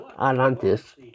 Atlantis